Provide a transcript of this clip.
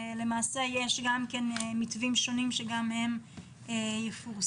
יש מתווים שונים שגם הם יפורסמו.